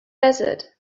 desert